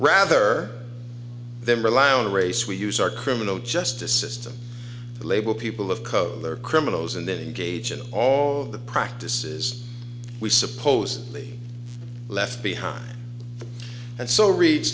rather they rely on race we use our criminal justice system to label people of color are criminals and then engage in all of the practices we supposedly left behind and so reads